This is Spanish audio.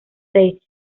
seis